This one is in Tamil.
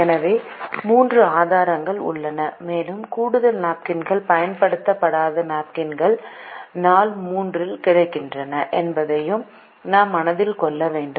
எனவே 3 ஆதாரங்கள் உள்ளன மேலும் கூடுதல் நாப்கின்கள் பயன்படுத்தப்படாத நாப்கின்கள் நாள் 3 இல் கிடைக்கின்றன என்பதையும் நாம் மனதில் கொள்ள வேண்டும்